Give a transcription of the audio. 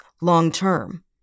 long-term